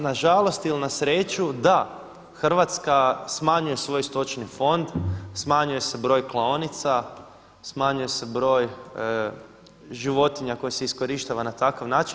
Nažalost ili na sreću, da, Hrvatska smanjuje svoj stočni fond, smanjuje se broj klaonica, smanjuje se broj životinja koje se iskorištava na takav način.